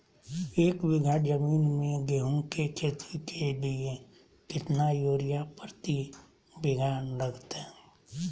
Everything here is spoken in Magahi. एक बिघा जमीन में गेहूं के खेती के लिए कितना यूरिया प्रति बीघा लगतय?